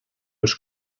els